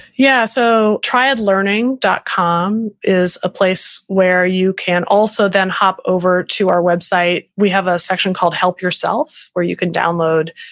yeah, so triadlearning dot com, is a place where you can also then hop over to our website. we have a section called help yourself, where you can download,